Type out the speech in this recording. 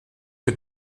que